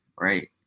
right